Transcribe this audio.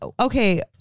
okay